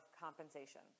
compensation